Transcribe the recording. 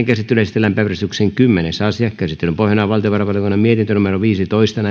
käsittelyyn esitellään päiväjärjestyksen kymmenes asia käsittelyn pohjana on valtiovarainvaliokunnan mietintö viisitoista